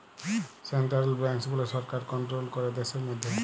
central banks গুলা সরকার control ক্যরে দ্যাশের ম্যধে